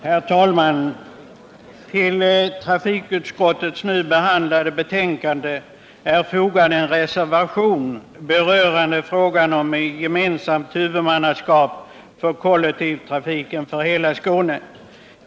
Herr talman! Till trafikutskottets betänkande nr 15 är fogad en reservation berörande frågan om gemensamt huvudmannaskap för kollektivtrafiken för hela Skåne.